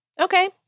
Okay